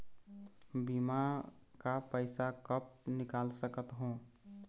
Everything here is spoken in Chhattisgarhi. बीमा का पैसा कब निकाल सकत हो?